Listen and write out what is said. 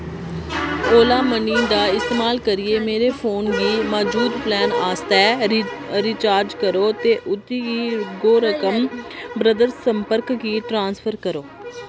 ओला money दा इस्तेमाल करियै मेरे फोन गी मजूद प्लान आस्तै रि रिचार्ज करो ते उत्त गी गो रकम ब्रदर संपर्क कि ट्रांसफर करो